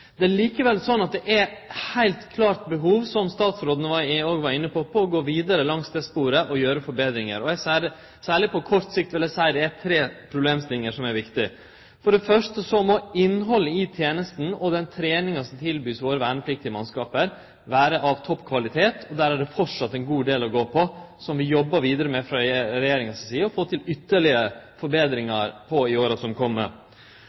Det er likevel eit heilt klart behov for, som statsråden òg var inne på, å gå vidare langs det sporet og gjere forbetringar. Særleg på kort sikt vil eg seie det er tre problemstillingar som er viktige: For det første må innhaldet i tenesta og treninga som vert tilboden våre vernepliktige mannskap, vere av topp kvalitet. Der er det framleis ein god del å gå på, som vi jobbar vidare med frå Regjeringa si side for å få til ytterlegare forbetringar i åra som